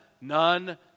none